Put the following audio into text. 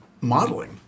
modeling